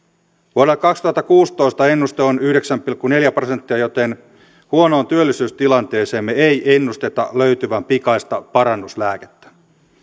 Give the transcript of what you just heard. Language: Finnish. vuodelle kaksituhattakuusitoista ennuste on yhdeksän pilkku neljä prosenttia joten huonoon työllisyystilanteeseemme ei ennusteta löytyvän pikaista parannuslääkettä